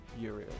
Uriel